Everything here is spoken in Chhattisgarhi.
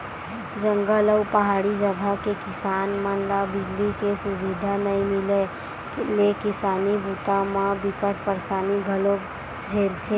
जंगल अउ पहाड़ी जघा के किसान मन ल बिजली के सुबिधा नइ मिले ले किसानी बूता म बिकट परसानी घलोक झेलथे